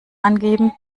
angeben